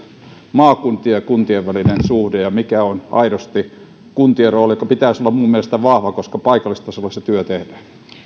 maakuntien ja kuntien välinen suhde ja mikä on aidosti kuntien rooli jonka pitäisi olla minun mielestäni vahva koska paikallistasolla se työ tehdään